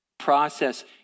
process